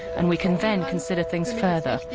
and we can then consider things further.